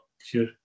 sure